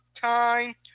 time